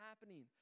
happening